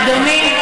אדוני,